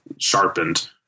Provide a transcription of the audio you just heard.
sharpened